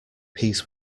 peace